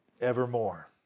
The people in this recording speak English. evermore